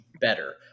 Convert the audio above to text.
better